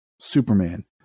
Superman